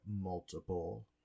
multiple